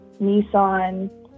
Nissan